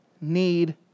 need